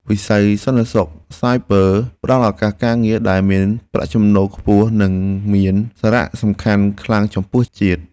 វិស័យសន្តិសុខសាយប័រផ្តល់ឱកាសការងារដែលមានប្រាក់ចំណូលខ្ពស់និងមានសារៈសំខាន់ខ្លាំងចំពោះជាតិ។